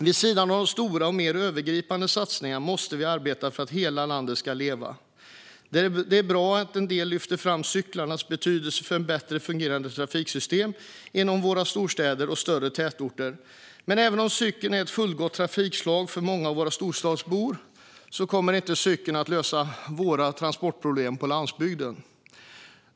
Vid sidan av de stora och mer övergripande satsningarna måste vi arbeta för att hela landet ska leva. Det är bra att en del lyfter fram cyklarnas betydelse för ett bättre fungerande trafiksystem inom våra storstäder och större tätorter. Men även om cykeln är ett fullgott trafikslag för många av våra storstadsbor kommer inte cykeln att lösa våra transportproblem på landsbygden.